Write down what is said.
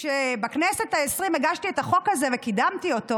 כשבכנסת העשרים הגשתי את החוק הזה וקידמתי אותו